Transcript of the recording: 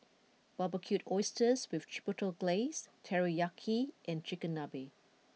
Barbecued Oysters with Chipotle Glaze Teriyaki and Chigenabe